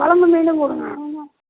கொழம்பு மீனும் கொடுங்க